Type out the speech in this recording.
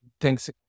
Thanks